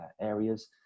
areas